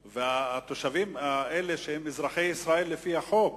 התושבים האלה, שהם אזרחי ישראל לפי החוק,